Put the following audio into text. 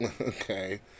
Okay